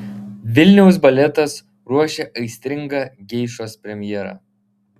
vilniaus baletas ruošia aistringą geišos premjerą